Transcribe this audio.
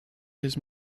his